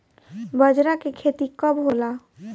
बजरा के खेती कब होला?